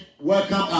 welcome